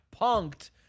punked